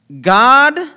God